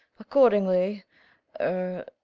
accordingly er